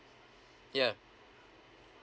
yeah